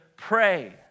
pray